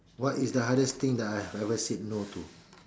what is the hardest thing that I have ever said no to